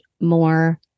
more